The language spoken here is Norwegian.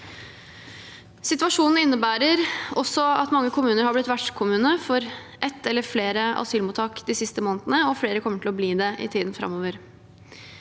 Situasjonen innebærer også at mange kommuner har blitt vertskommune for et eller flere asylmottak de siste månedene, og flere kommer til å bli det i tiden framover.